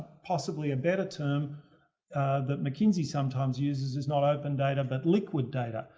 possibly a better term that mckinsey sometimes uses is not open data, but liquid data.